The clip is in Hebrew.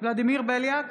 ולדימיר בליאק,